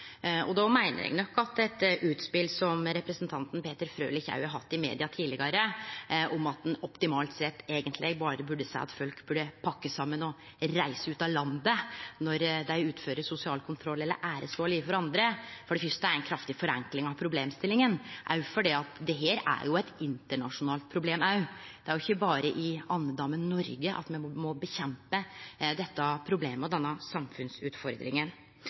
tinga. Då meiner eg nok at eit utspel som det representanten Peter Frølich har hatt i media tidlegare – om at ein optimalt sett eigentleg berre burde be folk pakke saman og reise ut av landet når dei utfører sosial kontroll eller æresvald overfor andre – for det fyrste er ei kraftig forenkling av problemstillinga, òg fordi dette er òg eit internasjonalt problem. Det er jo ikkje berre i andedammen Noreg at me må kjempe mot dette problemet og denne samfunnsutfordringa.